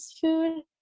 food